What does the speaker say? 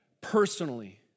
personally